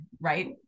right